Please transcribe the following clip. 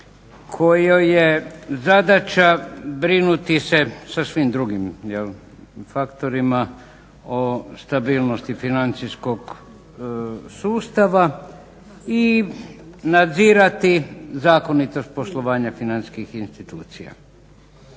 kojoj je zadaća brinuti se sa svim drugim faktorima o stabilnosti financijskog sustava i nadzirati zakonitost poslovanja financijskih institucija.